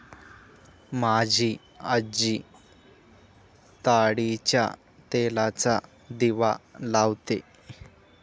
माझी आजी ताडीच्या तेलाचा दिवा लावते